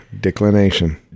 declination